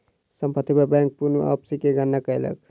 संपत्ति पर बैंक पूर्ण वापसी के गणना कयलक